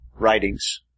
writings